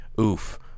oof